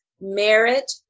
merit